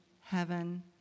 heaven